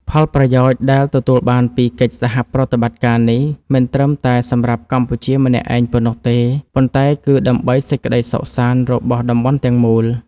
ផលប្រយោជន៍ដែលទទួលបានពីកិច្ចសហប្រតិបត្តិការនេះ មិនត្រឹមតែសម្រាប់កម្ពុជាម្នាក់ឯងប៉ុណ្ណោះទេ ប៉ុន្តែ គឺដើម្បីសេចក្តីសុខសាន្តរបស់តំបន់ទាំងមូល។